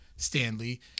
stanley